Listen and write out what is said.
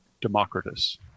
Democritus